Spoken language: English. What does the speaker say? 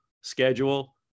schedule